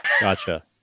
Gotcha